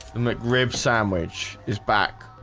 and the rib sandwich is back